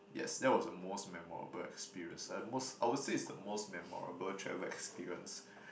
yes that was the most memorable experience the most I will say it's the most memorable travel experience